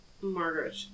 Margaret